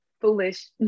Foolish